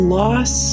loss